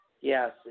Yes